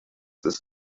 ist